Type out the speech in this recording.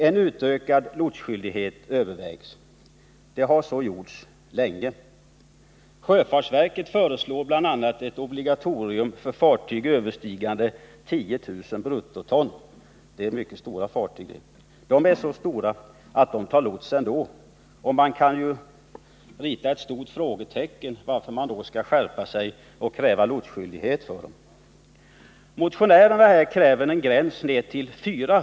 En utökad lotsskyldighet övervägs. Det har så gjorts länge. Sjöfartsverket föreslår bl.a. ett obligatorium för fartyg överstigande 10 000 bruttoton. Det är mycket stora fartyg — så stora att de tar lots ändå. Jag vill rita ett stort frågetecken när det gäller varför man då skall skärpa sig och kräva lotstvång för dem.